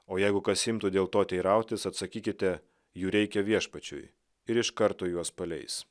o jeigu kas imtų dėl to teirautis atsakykite jų reikia viešpačiui ir iš karto juos paleis